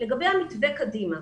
לגבי המתווה קדימה.